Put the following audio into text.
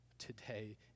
today